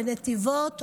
בנתיבות,